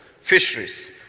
fisheries